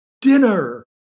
Dinner